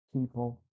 people